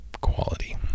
quality